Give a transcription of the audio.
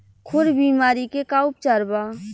खुर बीमारी के का उपचार बा?